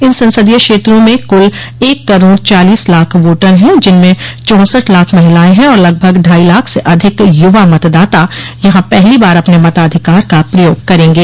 इन संसदीय क्षेत्रों में कुल एक करोड़ चालीस लाख वोटर हैं जिनमें चौसठ लाख महिलायें हैं और लगभग ढाई लाख से अधिक युवा मतदाता यहां पहली बार अपने मताधिकार का प्रयोग करेंगे